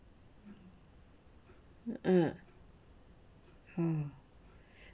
mm mm